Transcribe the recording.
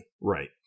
Right